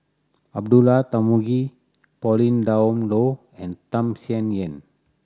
Abdullah Tarmugi Pauline Dawn Loh and Tham Sien Yen